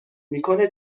میکنه